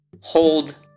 hold